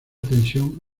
tensión